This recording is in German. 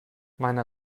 meine